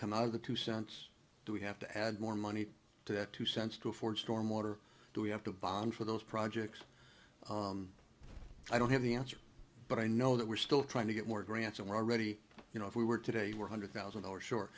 come out of the two cents do we have to add more money to that two cents to four stormwater do we have to bond for those projects i don't have the answer but i know that we're still trying to get more grants and we're already you know if we were today were hundred thousand dollars short